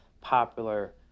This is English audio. popular